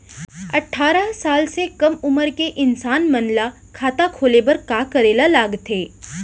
अट्ठारह साल से कम उमर के इंसान मन ला खाता खोले बर का करे ला लगथे?